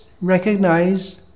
recognize